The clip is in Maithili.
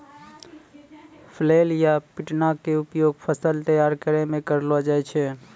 फ्लैल या पिटना के उपयोग फसल तैयार करै मॅ करलो जाय छै